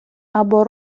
або